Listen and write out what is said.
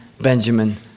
Benjamin